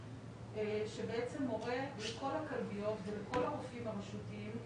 שבעצם מורה לכל הכלביות ולכל הרופאים הרשותיים,